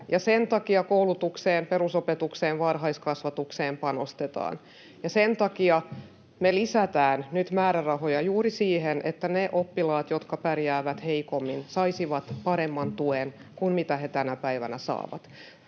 sen takia koulutukseen, perusopetukseen, varhaiskasvatukseen, panostetaan. Sen takia me lisätään nyt määrärahoja juuri siihen, että ne oppilaat, jotka pärjäävät heikommin, saisivat paremman tuen kuin mitä he tänä päivänä saavat.